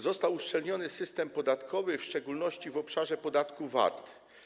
Został uszczelniony system podatkowy, w szczególności w obszarze podatku VAT.